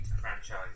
Franchise